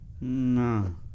No